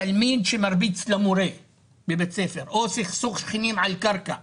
תלמיד שמרביץ למורה בבית ספר או סכסוך שכנים על קרקע.